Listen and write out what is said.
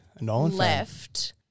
left